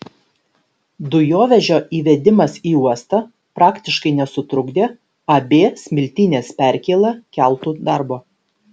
dujovežio įvedimas į uostą praktiškai nesutrukdė ab smiltynės perkėla keltų darbo